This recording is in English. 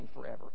forever